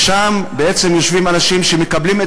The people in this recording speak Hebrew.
ושם בעצם יושבים אנשים שמקבלים את